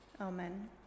Amen